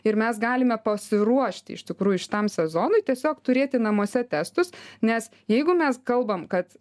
ir mes galime pasiruošti iš tikrųjų šitam sezonui tiesiog turėti namuose testus nes jeigu mes kalbam kad